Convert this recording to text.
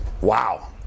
Wow